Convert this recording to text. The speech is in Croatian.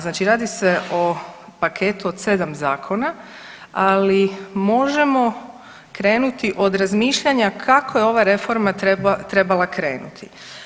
Znači radi se o paketu od sedam zakona, ali možemo krenuti od razmišljanja kako je ova reforma trebala krenuti.